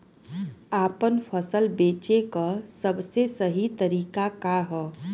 आपन फसल बेचे क सबसे सही तरीका का ह?